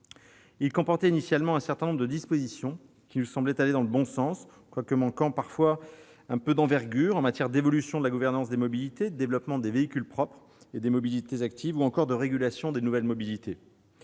comportait initialement un certain nombre de dispositions qui nous semblaient aller dans le bon sens, quoique manquant parfois un peu d'envergure, en matière d'évolution de la gouvernance des mobilités, de développement des véhicules propres et des mobilités actives ou encore de régulation des nouvelles mobilités.